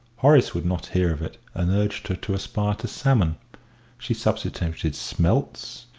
horace would not hear of it, and urged her to aspire to salmon she substituted smelts,